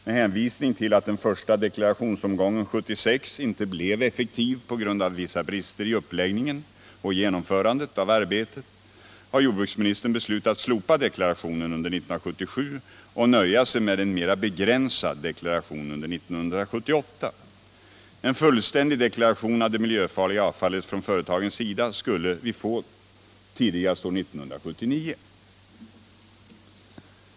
Med hänvisning till att den första deklarationsomgången - Om giftspridningen 1976 inte blev effektiv, på grund av vissa brister i uppläggningen och i Teckomatorp, genomförandet av arbetet, har jordbruksministern beslutat slopa dekla = m.m. rationen under 1977 och nöja sig med en mera begränsad deklaration under 1978. En fullständig deklaration av det miljöfarliga avfallet från företagens sida skulle vi få tidigast år 1979.